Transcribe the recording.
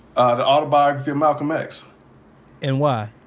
ah the autobiography of malcolm x and why?